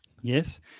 Yes